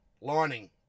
lining